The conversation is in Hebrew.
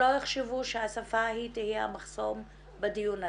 שלא יחשבו שהשפה תהיה המחסום בדיון הזה.